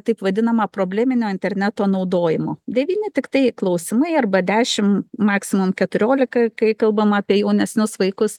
taip vadinamą probleminio interneto naudojimo devyni tiktai klausimai arba dešim maksimum keturiolika kai kalbam apie jaunesnius vaikus